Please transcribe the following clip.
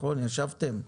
ישבתם.